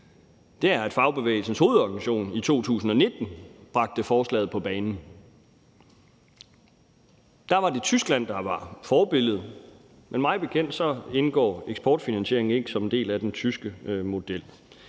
set, at Fagbevægelsens Hovedorganisation i 2019 bragte forslaget på banen. Da var det Tyskland, der var forbilledet. Men mig bekendt indgår eksportfinansiering ikke som en del af den tyske model.